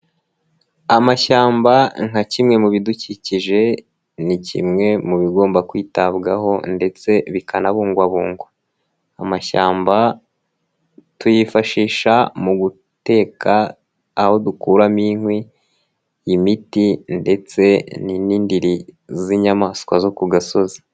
Amashyamba nka kimwe mu bidukikije, ni kimwe mu bigomba kwitabwaho ndetse bikanabungwabungwa, amashyamba tuyifashisha mu guteka aho dukuramo inkwi, imiti ndetse ni n'indiri z'inyamaswa zo ku gasozi.